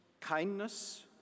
kindness